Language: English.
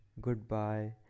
goodbye